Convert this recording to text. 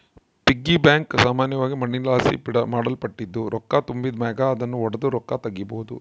piggy bank ಸಾಮಾನ್ಯವಾಗಿ ಮಣ್ಣಿನಲಾಸಿ ಮಾಡಲ್ಪಟ್ಟಿದ್ದು, ರೊಕ್ಕ ತುಂಬಿದ್ ಮ್ಯಾಗ ಅದುನ್ನು ಒಡುದು ರೊಕ್ಕ ತಗೀಬೋದು